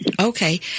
Okay